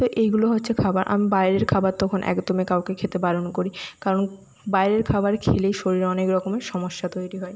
তো এইগুলো হচ্চে খাবার আমি বাইরের খাবার তখন একদমই কাউকে খেতে বারণ করি কারণ বায়রের খাবার খেলেই শরীরে অনেক রকমের সমস্যা তৈরি হয়